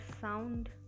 sound